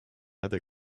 other